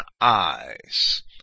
eyes